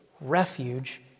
refuge